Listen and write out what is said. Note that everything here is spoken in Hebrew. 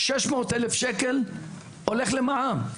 600 אלף שקל הולך למע"מ,